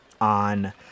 on